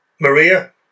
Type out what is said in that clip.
Maria